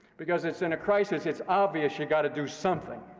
because it's in a crisis it's obvious you've got to do something.